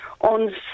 on